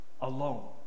alone